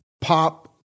pop